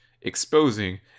exposing